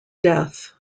death